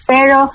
Pero